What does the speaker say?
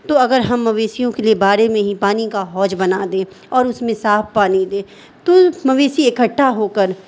تو اگر ہم مویشیوں کے لیے باڑی میں ہی پانی کا حوض بنا دیں اور اس میں صاف پانی دے تو مویشی اکٹھا ہو کر